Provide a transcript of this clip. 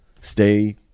stay